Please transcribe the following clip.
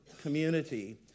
community